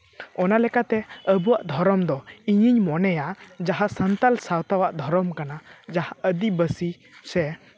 ᱚᱱᱟ ᱞᱮᱠᱟᱛᱮ ᱟᱵᱚᱣᱟᱜ ᱫᱷᱚᱨᱚᱢ ᱫᱚ ᱤᱧᱤᱧ ᱢᱚᱱᱮᱭᱟ ᱡᱟᱦᱟᱸ ᱥᱟᱱᱛᱟᱲ ᱥᱟᱶᱛᱟ ᱟᱜ ᱫᱷᱚᱨᱚᱢ ᱠᱟᱱᱟ ᱡᱟᱦᱟᱸ ᱟᱹᱫᱤᱵᱟᱹᱥᱤ ᱥᱮ